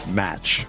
match